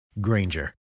Granger